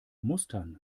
mustern